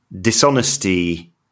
dishonesty